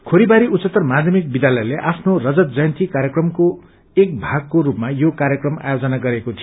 खोरीबारी उच्चतर माध्यमिक विद्यालयले आफ्नो रजत जयन्ती कार्यक्रमको एक भागको स्तपमा यो कार्यक्रम आयोजन गरेको थियो